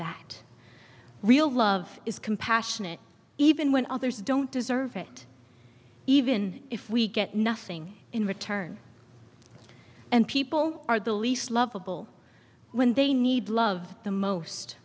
that real love is compassionate even when others don't deserve it even if we get nothing in return and people are the least lovable when they need love the most